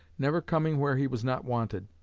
never coming where he was not wanted'